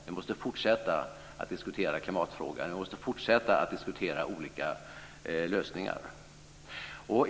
Vi måste fortsätta att diskutera klimatfrågan och olika lösningar.